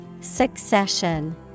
Succession